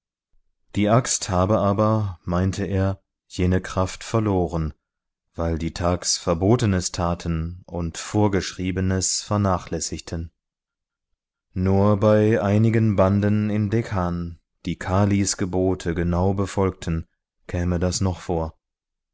die axt habe aber meinte er jene kraft verloren weil die thags verbotenes taten und vorgeschriebenes vernachlässigten nur bei einigen banden in dekhan die kalis gebote genau befolgten käme das noch vor